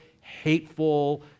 hateful